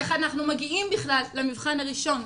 איך אנחנו מגיעים בכלל למבחן הראשון?